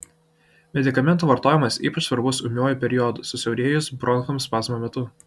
medikamentų vartojimas ypač svarbus ūmiuoju periodu susiaurėjus bronchams spazmo metu